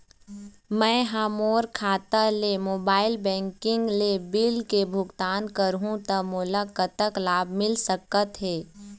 मैं हा मोर खाता ले मोबाइल बैंकिंग ले बिल के भुगतान करहूं ता मोला कतक लाभ मिल सका थे?